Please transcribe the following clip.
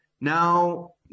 Now